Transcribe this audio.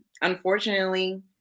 unfortunately